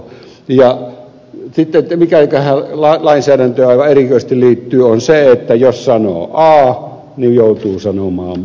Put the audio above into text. mikä tähän lainsäädäntöön aivan erityisesti liittyy se on se että jos sanoo a niin joutuu sanomaan b